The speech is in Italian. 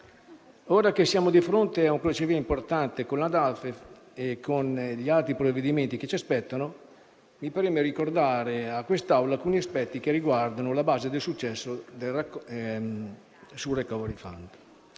ora che siamo di fronte a un crocevia importante con la NADEF e con gli altri provvedimenti che ci aspettano, mi preme ricordare a questa Assemblea alcuni aspetti che riguardano la base del successo del *recovery fund.*